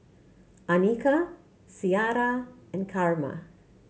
Annika Ciara and Carma